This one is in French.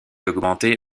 augmentée